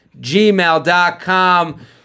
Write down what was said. gmail.com